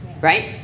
Right